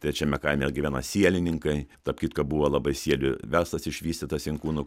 trečiame kaime gyvena sielininkai tarp kitko buvo labai sielių verslas išvystytas inkūnų